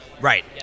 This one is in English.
Right